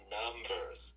numbers